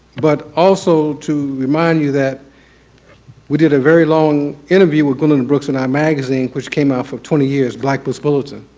but also to remind you that we did a very long interview with gwendolyn brooks in our magazine which came out for twenty years, black post bulletin,